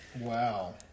Wow